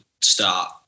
start